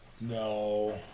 No